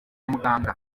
muganga